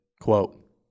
Quote